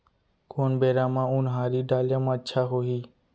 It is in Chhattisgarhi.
कोन बेरा म उनहारी डाले म अच्छा होही?